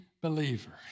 believer